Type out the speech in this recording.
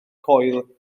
coil